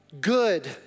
good